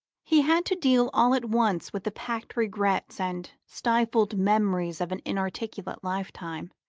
he had to deal all at once with the packed regrets and stifled memories of an inarticulate lifetime.